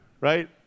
Right